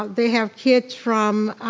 um they have kids from